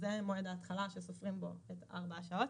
זה מועד ההתחלה שסופרים בו ארבע שעות.